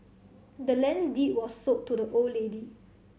the land's deed was sold to the old lady